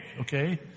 okay